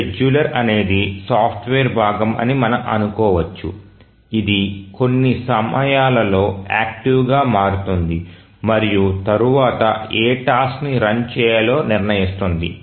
scheduler అనేది software భాగం అని మనం అనుకోవచ్చు ఇది కొన్ని సమయాల్లో యాక్టివ్గా మారుతుంది మరియు తరువాత ఏ టాస్క్ ని రన్ చేయాలో నిర్ణయిస్తుంది